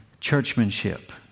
churchmanship